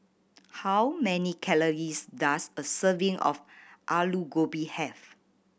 how many calories does a serving of Aloo Gobi have